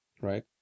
right